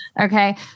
Okay